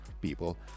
people